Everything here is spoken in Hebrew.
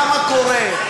למה קורה.